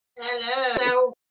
Hello